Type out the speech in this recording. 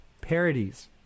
parodies